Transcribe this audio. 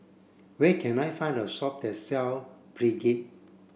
where can I find a shop that sell Pregain